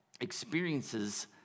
experiences